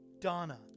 Donna